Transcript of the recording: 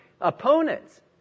opponents